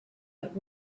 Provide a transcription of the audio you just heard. that